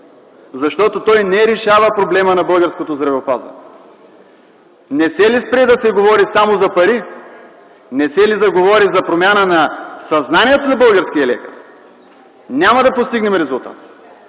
Защото той не решава проблема на българското здравеопазване. Не се ли спре да се говори само за пари, не се ли заговори за промяна на съзнанието на българския лекар, няма да постигнем резултат.